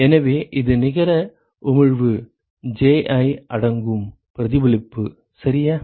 எனவே இது நிகர உமிழ்வு Ji அடங்கும் பிரதிபலிப்பு சரியா